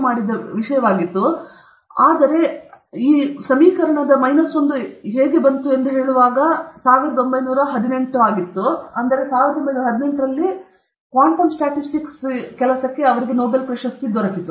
1901 ಈ ವಿಷಯವಾಗಿತ್ತು ತದನಂತರ ಅವರು ಕೆಲಸ ಮಾಡಿದರು ಮತ್ತು ನಂತರ ಅವರು ಸಾಬೀತಾಯಿತು ಮತ್ತು ನಂತರ 1918 ಕ್ವಾಂಟಮ್ ಸ್ಟ್ಯಾಟಿಸ್ಟಿಕ್ಸ್ ಅವರ ನೋಬೆಲ್ ಪ್ರಶಸ್ತಿ ಸರಿಯಾಗಿದೆ